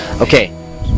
Okay